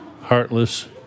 heartless